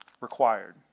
required